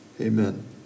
Amen